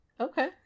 Okay